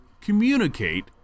communicate